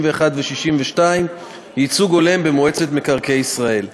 ו-62 (ייצוג הולם במועצת מקרקעי ישראל).